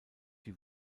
die